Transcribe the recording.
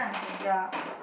ya